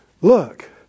look